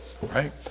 right